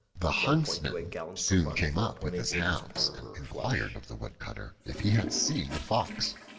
the huntsman soon came up with his hounds and inquired of the woodcutter if he had seen the fox.